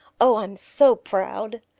oh, i'm so proud!